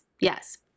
yes